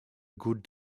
good